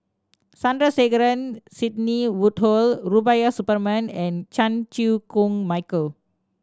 Sandrasegaran Sidney Woodhull Rubiah Suparman and Chan Chew Koon Michael